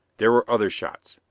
there were other shots.